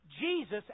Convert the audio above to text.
Jesus